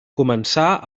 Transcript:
començà